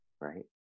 Right